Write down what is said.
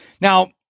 Now